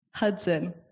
Hudson